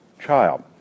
child